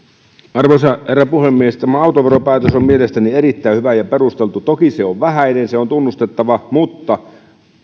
arvoisa herra puhemies tämä autoveropäätös on mielestäni erittäin hyvä ja perusteltu toki se on vähäinen se on tunnustettava mutta